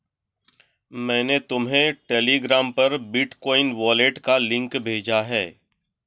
मैंने तुम्हें टेलीग्राम पर बिटकॉइन वॉलेट का लिंक भेजा है